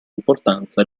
importanza